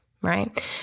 right